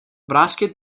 vrásky